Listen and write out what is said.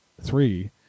three